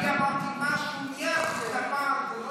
אבל הוא מרגיש,